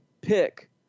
pick